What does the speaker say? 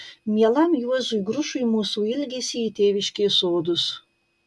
mielam juozui grušui mūsų ilgesį į tėviškės sodus